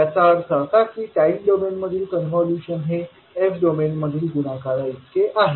याचा अर्थ असा की टाईम डोमेन मधील कॉन्व्होल्यूशन हे s डोमेन मधील गुणाकारा इतकेच आहे